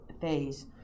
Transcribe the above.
phase